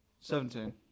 Seventeen